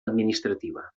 administrativa